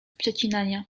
przecinania